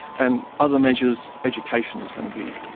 and other measures. education is going to be.